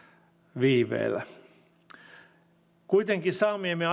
aikaviiveellä kuitenkin saamiemme